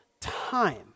time